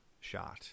shot